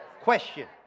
Question